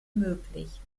möglich